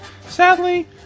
Sadly